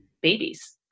babies